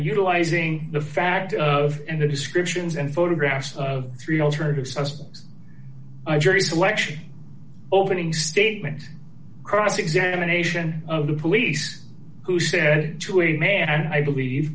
utilizing the fact of and the descriptions and photographs of three alternatives selection opening statements cross examination of the police who said to a man i believe